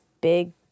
big